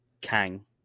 Kang